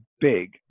Big